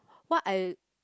what I